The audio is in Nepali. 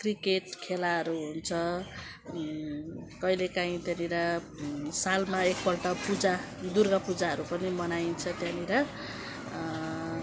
क्रिकेट खेलाहरू हुन्छ कहिलेकाहीँ त्यहाँनिर सालमा एकपल्ट पूजा दुर्गापूजाहरू पनि मनाइन्छ त्यहाँनिर